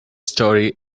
story